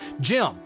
Jim